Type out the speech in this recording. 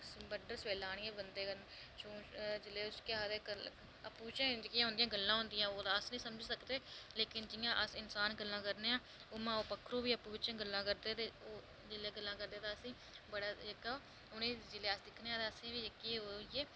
बड्डलै सबेल्लै आह्नियै आपूं बिचें उंदियां गल्लां होंदियां अस निं समझी सकदे लेकिन जि'यां अस इन्सान गल्लां करने आं ते अस पक्खरू बी गल्ला करदे न ते ओह् गल्ला करदे तां असेंगी बड़ा जेह्का दिक्खने आं तां असेंगी बी जेह्की ऐ